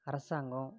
அரசாங்கம்